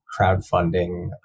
crowdfunding